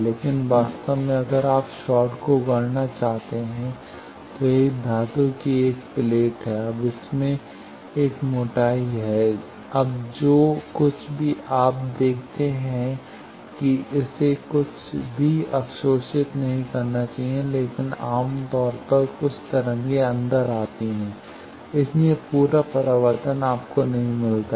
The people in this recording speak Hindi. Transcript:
लेकिन वास्तव में अगर आप शॉर्ट को गढ़ना चाहते हैं तो यह एक धातु की प्लेट है अब इसमें एक मोटाई है अब जो कुछ भी आप देखते हैं कि इसे कुछ भी अवशोषित नहीं करना चाहिए लेकिन आम तौर पर कुछ तरंगें अंदर जाती हैं इसलिए पूरा परावर्तन आपको नहीं मिलता है